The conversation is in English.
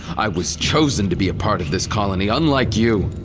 i was chosen to be a part of this colony unlike you.